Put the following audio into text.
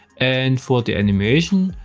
and for the animation,